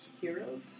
Heroes